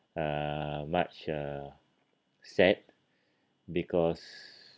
uh much uh sad because